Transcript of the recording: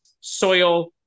soil